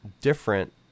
different